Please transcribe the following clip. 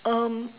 um